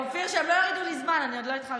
אופיר, שהם לא יורידו לי זמן, אני עוד לא התחלתי.